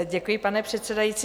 Děkuji, pane předsedající.